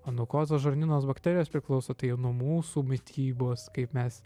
o nuo ko tos žarnynos bakterijos priklauso tai jau nuo mūsų mitybos kaip mes